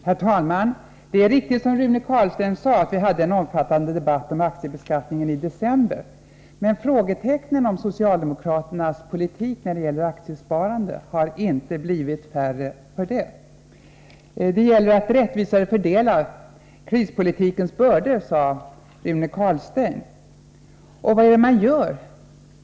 Herr talman! Det är riktigt, Rune Carlstein, att vi i december hade en omfattande debatt om aktiebeskattningen. Frågetecknen kring socialdemokraternas politik när det gäller aktiesparandet har emellertid inte blivit färre. Rune Carlstein sade att det gäller att rättvisare fördela krispolitikens bördor. Men vad är det man gör?